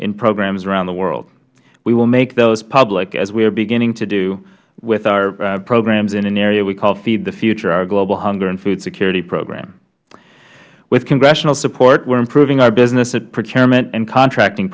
in programs around the world we will make those public as we are beginning to do with our programs in an area we call feed the future our global hunger and food security program with congressional support we are improving our business procurement and contracting